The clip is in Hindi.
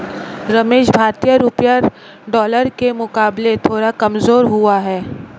रमेश भारतीय रुपया डॉलर के मुकाबले थोड़ा कमजोर हुआ है